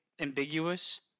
ambiguous